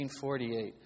1948